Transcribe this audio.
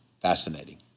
fascinating